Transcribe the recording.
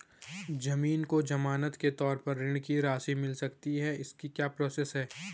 ज़मीन को ज़मानत के तौर पर ऋण की राशि मिल सकती है इसकी क्या प्रोसेस है?